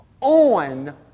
on